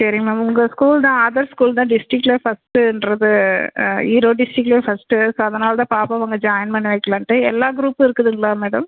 சரி மேம் உங்கள் ஸ்கூல் தான் ஆதர்ஸ் ஸ்கூல் தான் டிஸ்ட்ரிக்ட்டில் ஃபர்ஸ்ட்டுன்றது ஈரோடு டிஸ்ட்ரிக்ட்லே ஃபர்ஸ்ட்டு ஸோ அதனால் தான் பாப்பாவை அங்கே ஜாயின் பண்ண வைக்கலான்ட்டு எல்லா குரூப்பும் இருக்குதுங்களா மேடம்